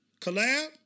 collab